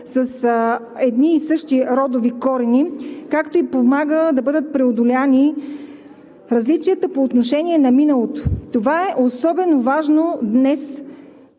с едни и същи родови корени, както и помага да бъдат преодолени различията по отношение на миналото. Това е особено важно днес